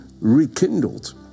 rekindled